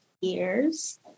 years